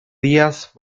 díaz